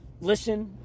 Listen